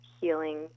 healing